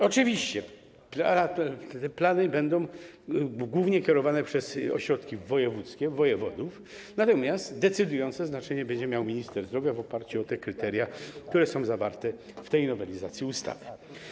Oczywiście plany będą głównie kierowane przez ośrodki wojewódzkie, wojewodów, natomiast decydujące znaczenie będzie miał minister zdrowia, w oparciu o te kryteria, które są zawarte w tej nowelizacji ustawy.